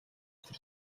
тэр